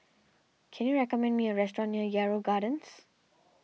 can you recommend me a restaurant near Yarrow Gardens